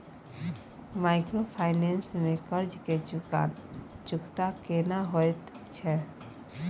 Microfinance में कर्ज के चुकता केना होयत छै?